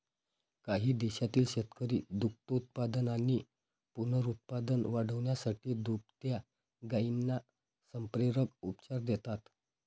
काही देशांतील शेतकरी दुग्धोत्पादन आणि पुनरुत्पादन वाढवण्यासाठी दुभत्या गायींना संप्रेरक उपचार देतात